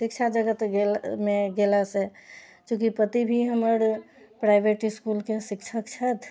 शिक्षा जगतमे गेलासँ चूँकि पति भी हमर प्राइवेट इसकुलके शिक्षक छथि